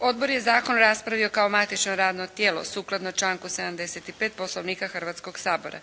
Odbor je Zakon raspravio kao matično radno tijelo, sukladno članku 75. Poslovnika Hrvatskoga sabora.